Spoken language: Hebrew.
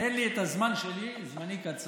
תן לי את הזמן שלי, זמני קצר.